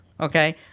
okay